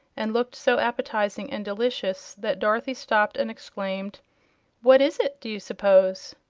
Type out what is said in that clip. and looked so appetizing and delicious that dorothy stopped and exclaimed what is it, do you s'pose?